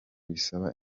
bisaba